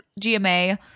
gma